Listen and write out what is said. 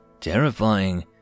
terrifying